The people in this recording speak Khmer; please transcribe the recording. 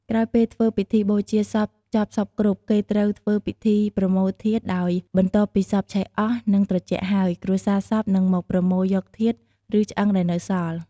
ក្រោយពេលធ្វើពិធីបូជាសពចប់សព្វគ្រប់ គេត្រូវធ្វើពិធីប្រមូលធាតុ ដោយបន្ទាប់ពីសពឆេះអស់ និងត្រជាក់ហើយ គ្រួសារសពនឹងមកប្រមូលយកធាតុ ឬឆ្អឹងដែលនៅសល់។